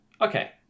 Okay